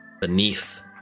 beneath